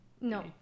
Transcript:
no